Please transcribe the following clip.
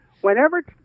Whenever